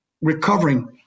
recovering